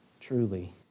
truly